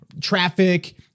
traffic